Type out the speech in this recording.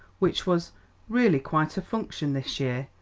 which was really quite a function this year,